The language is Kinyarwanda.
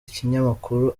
ikinyamakuru